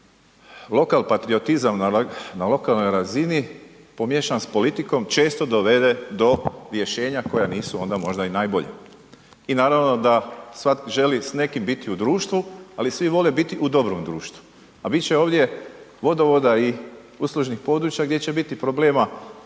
lokalpatriotizam na lokalnoj razini pomiješan s politikom često dovede do rješenja koja nisu onda možda i najbolja. I naravno da svatko želi s nekim biti u društvu, ali svi vole biti u dobrom društvu, a bit će ovdje vodovoda i uslužnih područja gdje će biti problema